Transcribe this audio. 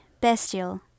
bestial